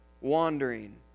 wandering